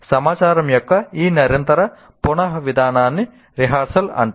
సమాచారం యొక్క ఈ నిరంతర పునఃసంవిధానాన్ని రిహార్సల్ అంటారు